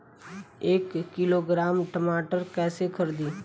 एक किलोग्राम टमाटर कैसे खरदी?